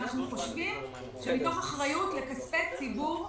אנו חושבים שמתוך אחריות לכספי ציבור,